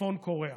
צפון קוריאה.